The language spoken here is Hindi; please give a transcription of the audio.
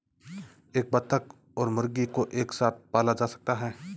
क्या बत्तख और मुर्गी को एक साथ पाला जा सकता है?